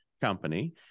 company